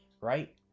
right